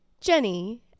Jenny